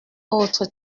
autre